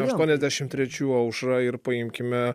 atuoniasdešim trečių aušrą ir paimkime